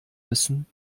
müssen